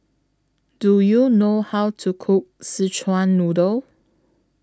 Do YOU know How to Cook Szechuan Noodle